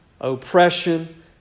oppression